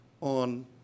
on